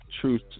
truth